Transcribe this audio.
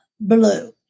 blue